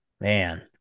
man